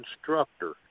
instructor